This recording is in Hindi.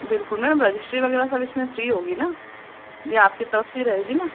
बिल्कुल मैम रजिश्ट्री वगैरह सब इसमें फ़्री होगी न ये आपके तरफ से रहेगी न